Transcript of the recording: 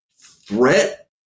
threat